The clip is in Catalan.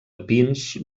pins